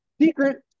secret